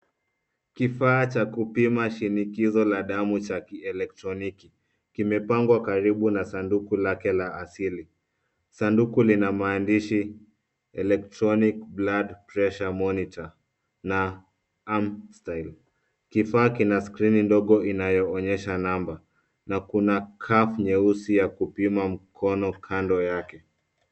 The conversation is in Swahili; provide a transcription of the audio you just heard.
Kifaa cha kupima shinikizo la damu cha kielektroniki, kimepangwa karibu na sanduku lake la asili. Sanduku lina maandishi electronic blood pressure monitor , na arm style . Kifaa kina skrini ndogo inayoonyesha namba na kuna cuff nyeusi ya kupima mkono kando yake.